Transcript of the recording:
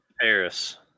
Paris